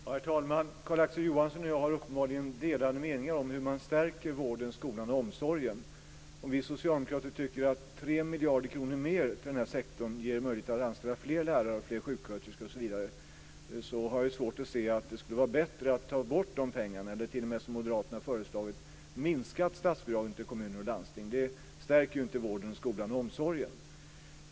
Herr talman! Carl-Axel Johansson och jag har uppenbarligen delade meningar om hur man stärker vården, skolan och omsorgen. Om vi socialdemokrater tycker att 3 miljarder kronor mer till den här sektorn ger möjlighet att anställa fler lärare och sjuksköterskor har jag svårt att se att det skulle vara bättre att ta bort de pengarna, eller t.o.m. - som Moderaterna har föreslagit - minska statsbidragen till kommuner och landsting. Det stärker ju inte vården, skolan och omsorgen.